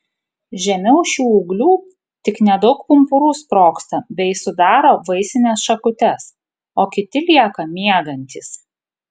žemiau šių ūglių tik nedaug pumpurų sprogsta bei sudaro vaisines šakutes o kiti lieka miegantys